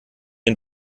den